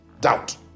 doubt